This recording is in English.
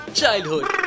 childhood